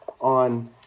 on